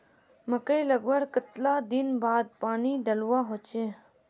मकई लगवार कतला दिन बाद पानी डालुवा होचे?